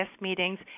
meetings